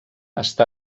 està